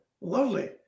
Lovely